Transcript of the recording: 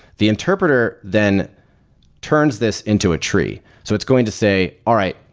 the interpreter then turns this into a tree. so it's going to say, all right,